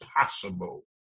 possible